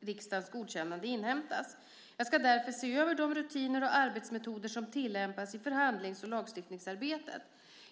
riksdagens godkännande inhämtas. Jag ska därför se över de rutiner och arbetsmetoder som tillämpas i förhandlings och lagstiftningsarbetet.